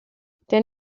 der